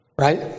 Right